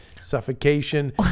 suffocation